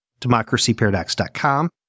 democracyparadox.com